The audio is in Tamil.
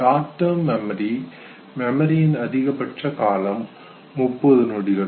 ஷார்ட் டெர்ம் மெமரியின் அதிகபட்ச காலம் 30 நொடிகள்